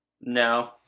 no